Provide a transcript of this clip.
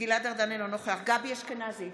גלעד ארדן, אינו נוכח גבי אשכנזי,